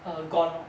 err gone [what]